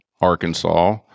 Arkansas